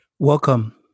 Welcome